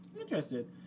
interested